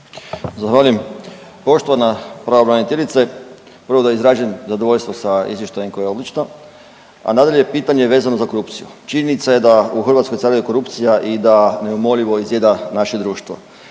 Zahvaljujem. Poštovana pravobraniteljice. Prvo da izrazim zadovoljstvo sa izvještajem koje je odlično, a nadalje pitanje koje je vezeno za korupciju. Činjenica je da u Hrvatskoj caruje korupcija i da neumoljivo izjeda naše društvo